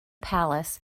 palace